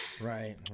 Right